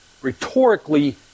rhetorically